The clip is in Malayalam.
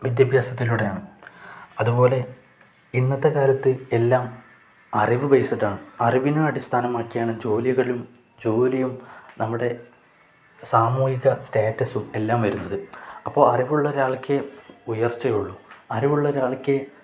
വിദ്യാഭ്യാസത്തിലൂടെയാണ് അതുപോലെ ഇന്നത്തെ കാലത്ത് എല്ലാം അറിവ് ബേസ്ഡാണ് അറിവിനും അടിസ്ഥാനമാക്കിയാണ് ജോലികളും ജോലിയും നമ്മുടെ സാമൂഹിക സ്റ്റേറ്റസും എല്ലാം വരുന്നത് അപ്പോൾ അറിവുള്ളൊരാൾക്കേ ഉയർച്ചയുള്ളൂ അറിവുള്ളൊരാൾക്കേ